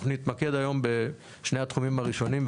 אנחנו נתמקד היום בשני התחומים הראשונים.